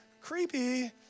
creepy